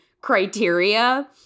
criteria